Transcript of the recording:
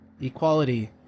equality